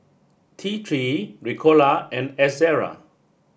T three Ricola and Ezerra